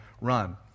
run